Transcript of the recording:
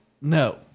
No